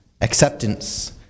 acceptance